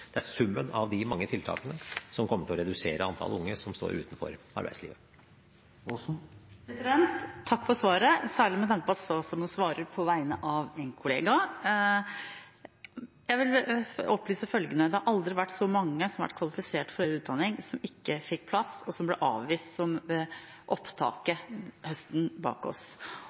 Det er summen av de mange tiltakene som kommer til å redusere antall unge som står utenfor arbeidslivet. Takk for svaret, særlig med tanke på at statsråden svarer på vegne av en kollega. Jeg vil opplyse om følgende: Det har aldri vært så mange som har vært kvalifisert for høyere utdanning som ikke fikk plass, og som ble avvist, som ved opptaket høsten vi har bak oss.